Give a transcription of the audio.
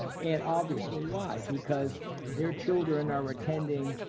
and obviously why? because their children are attending,